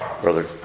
Brother